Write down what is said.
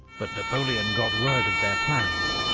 but napoleon got word of their plans,